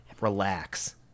relax